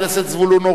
חבר הכנסת מוץ מטלון,